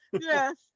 Yes